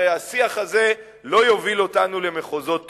הרי השיח הזה לא יוביל אותנו למחוזות טובים.